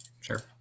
sure